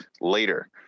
later